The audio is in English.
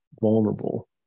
vulnerable